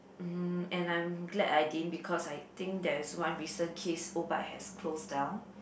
mm and I'm glad I didn't because I think there is one recent case O-Bike has close down